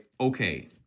okay